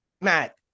Matt